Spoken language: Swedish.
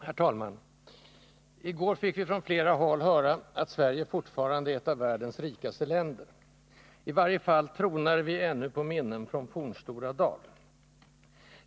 Herr talman! I går fick vi från flera håll höra att Sverige fortfarande är ett av världens rikaste länder. I varje fall tronar vi ännu på minnen från fornstora dar.